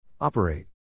Operate